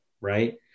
right